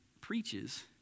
preaches